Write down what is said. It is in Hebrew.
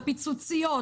הפיצוציות,